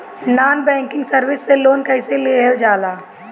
Non banking service से loan कैसे लेल जा ले?